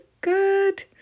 good